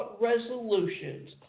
resolutions